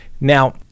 Now